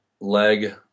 leg